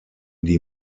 die